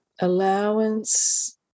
allowance